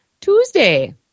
Tuesday